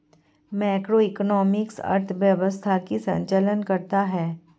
macroeconomics अर्थव्यवस्था का संचालन करता है